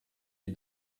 you